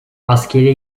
askeri